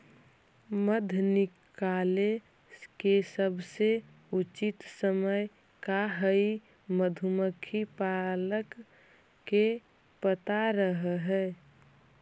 मध निकाले के सबसे उचित समय का हई ई मधुमक्खी पालक के पता रह हई